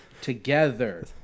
together